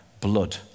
blood